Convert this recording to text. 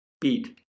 beat